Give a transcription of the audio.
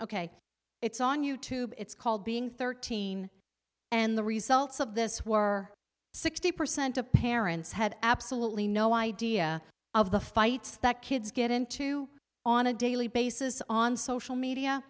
ok it's on you tube it's called being thirteen and the results of this were sixty percent of parents had absolutely no idea of the fights that kids get into on a daily basis on social media